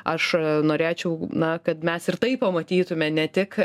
aš norėčiau na kad mes ir tai pamatytume ne tik